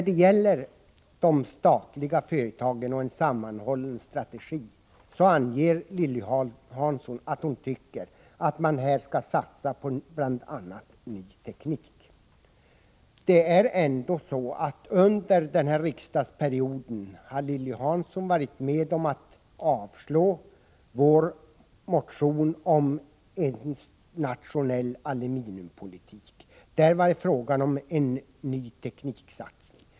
Beträffande de statliga företagen och en sammanhållen strategi anger Lilly Hansson att hon tycker att man där skall satsa på bl.a. ny teknik. Under den här riksdagsperioden har Lilly Hansson varit med om att avslå vår motion om en nationell aluminiumpolitik. Där var det fråga om en satsning på ny teknik.